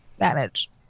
manage